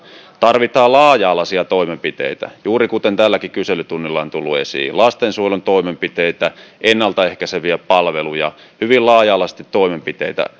tarvitaan laaja alaisia toimenpiteitä juuri kuten tälläkin kyselytunnilla on tullut esiin lastensuojelun toimenpiteitä ennalta ehkäiseviä palveluja hyvin laaja alaisesti toimenpiteitä